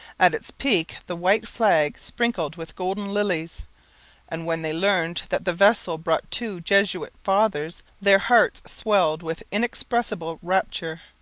at its peak the white flag sprinkled with golden lilies and when they learned that the vessel brought two jesuit fathers, their hearts swelled with inexpressible rapture.